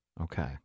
Okay